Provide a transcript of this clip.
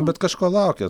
bet kažko laukiat